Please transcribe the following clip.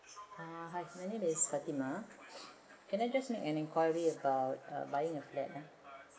uh hi my name is fatimah can I make an inquiry about buying a flat ah